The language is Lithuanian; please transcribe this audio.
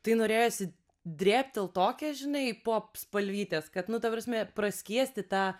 tai norėjosi drėbtelt tokią žinai popspalvytės kad nu ta prasme praskiesti tą